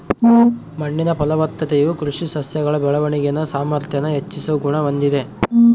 ಮಣ್ಣಿನ ಫಲವತ್ತತೆಯು ಕೃಷಿ ಸಸ್ಯಗಳ ಬೆಳವಣಿಗೆನ ಸಾಮಾರ್ಥ್ಯಾನ ಹೆಚ್ಚಿಸೋ ಗುಣ ಹೊಂದಿದೆ